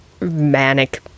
manic